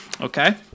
Okay